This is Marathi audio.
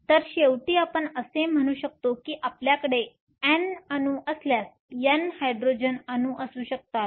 तर शेवटी आपण असे म्हणू शकतो की आपल्याकडे N अणू असल्यास N हायड्रोजन अणू असू शकतात